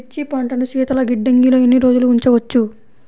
మిర్చి పంటను శీతల గిడ్డంగిలో ఎన్ని రోజులు ఉంచవచ్చు?